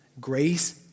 Grace